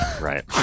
Right